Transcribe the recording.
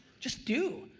just do,